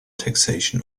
taxation